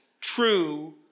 true